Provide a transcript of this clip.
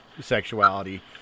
Sexuality